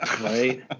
right